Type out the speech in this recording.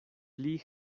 pli